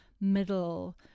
middle